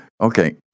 Okay